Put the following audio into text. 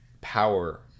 power